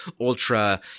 ultra